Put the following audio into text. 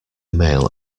mail